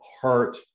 heart